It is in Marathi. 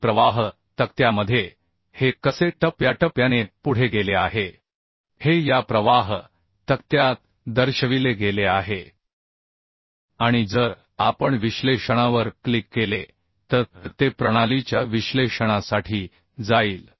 आणि प्रवाह तक्त्यामध्ये हे कसे टप्प्याटप्प्याने पुढे गेले आहे हे या प्रवाह तक्त्यात दर्शविले गेले आहे आणि जर आपण विश्लेषणावर क्लिक केले तर ते प्रणालीच्या विश्लेषणासाठी जाईल